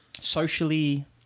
Socially